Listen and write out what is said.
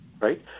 right